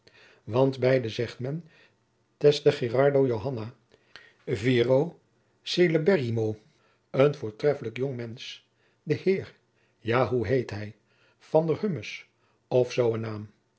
beide zegt men teste gerardo joanne viro celeberrimo een voortreffelijk jong mensch den heer ja hoe heet hij van der hummes of zoo een naam